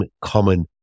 common